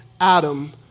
Adam